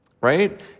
right